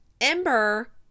Ember